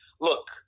Look